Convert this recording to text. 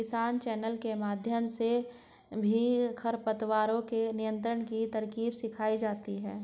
किसान चैनल के माध्यम से भी खरपतवारों के नियंत्रण की तरकीब सिखाई जाती है